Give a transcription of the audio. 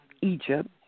Egypt